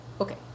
okay